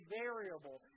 variable